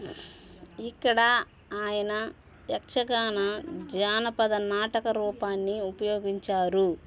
ఇక్కడ ఆయన యక్షగాన జానపద నాటకరూపాన్ని ఉపయోగించారు